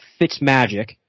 Fitzmagic